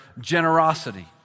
generosity